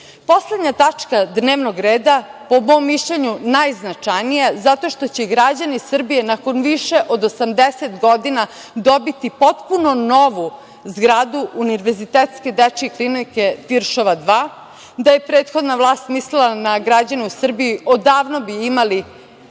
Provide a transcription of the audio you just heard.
sredstava. Poslednja tačka dnevnog reda, po mom mišljenju najznačajnija zato što će građani Srbije nakon više od 80 godina dobiti potpuno novu zgradu Univerzitetske dečje klinike „Tiršova 2“. Da je prethodna vlast mislila na građane u Srbiji odavno bi imali